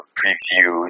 preview